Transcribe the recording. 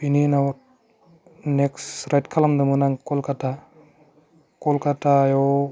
बिनि उनाव नेक्स राइद खालामदोंमोन आं कलकाता कलकातायाव